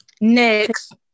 Next